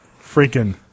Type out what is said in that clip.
freaking